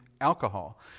alcohol